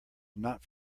not